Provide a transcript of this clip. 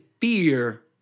fear